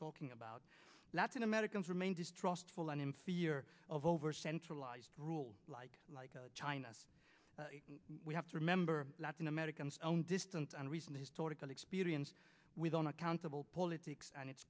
talking about that's an americans remain distrustful and in fear of over centralized rule like like china we have to remember latin americans own distant and recent historical experience with own accountable politics and it